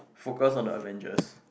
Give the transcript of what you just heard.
focus on the avengers